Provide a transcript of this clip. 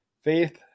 Faith